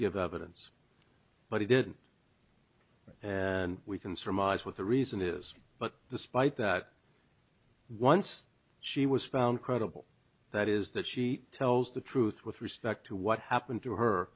give evidence but he didn't and we can surmise what the reason is but despite that once she was found credible that is that she tells the truth with respect to what happened to her